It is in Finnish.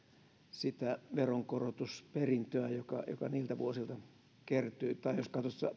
sitä veronkorotusperintöä joka joka niiltä vuosilta kertyi tai jos